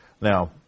Now